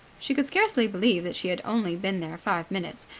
she could scarcely believe that she had only been there five minutes,